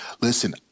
listen